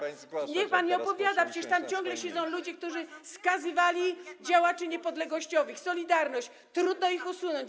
Panie pośle, niech pan nie opowiada, przecież tam ciągle siedzą ludzie, którzy skazywali działaczy niepodległościowych, „Solidarności”, trudno ich usunąć.